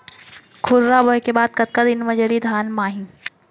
खुर्रा बोए के बाद कतका दिन म जरी धान म आही?